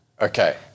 Okay